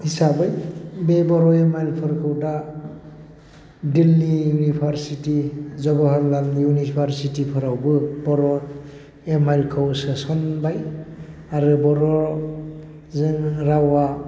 हिसाबै बे बर' एम आइ एल फोरखौ दा दिल्लि इउनिभारसिटि जवाहरलाल इउनिभारसिटिफ्रावबो बर' एम आइ एल खौ सोसनबाय आरो बर' जोंनि रावा